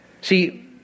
See